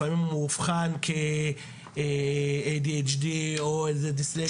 שלפעמים הוא אובחן כ-ADHD או איזו דיסלקציה..